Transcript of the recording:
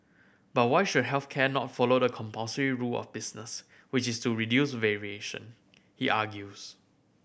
but why should health care not follow the compulsory rule of business which is to reduce variation he argues